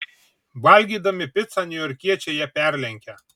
valgydami picą niujorkiečiai ją perlenkia